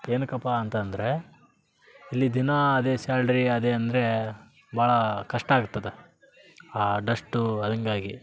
ಏನಕಪ್ಪಾ ಅಂತಂದರೆ ಇಲ್ಲಿ ದಿನ ಅದೇ ಸ್ಯಾಲ್ಡ್ರಿ ಅದೇ ಅಂದರೆ ಭಾಳ ಕಷ್ಟ ಆಗ್ತದೆ ಆ ಡಸ್ಟು ಹಿಂಗಾಗಿ